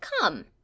come